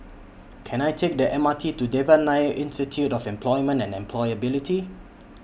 Can I Take The M R T to Devan Nair Institute of Employment and Employability